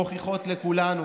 מוכיחות לכולנו